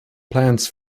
plants